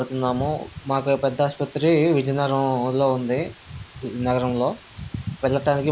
అప్పుడు అర్థమైంది వాళ్ళు చెప్పినవన్నీ అబద్ధాలని అలాగే ఆ కత్తిని నేను రిటర్న్ చేసేసాను